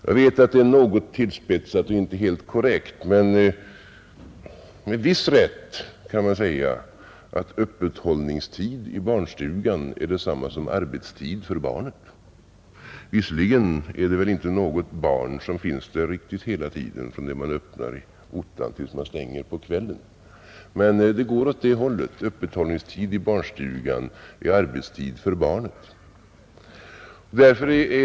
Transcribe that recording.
Jag vet att det är något tillspetsat och inte helt korrekt, men med viss rätt kan man säga att öppethållningstid i barnstugan är detsamma som arbetstid för barnet. Visserligen är det väl inte något barn som finns där riktigt hela tiden från det man öppnar i ottan tills man stänger på kvällen, men det går åt det hållet: öppethållningstid i barnstugan är arbetstid för barnet.